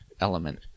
element